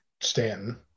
Stanton